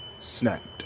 snapped